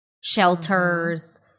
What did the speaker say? shelters